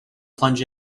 plunge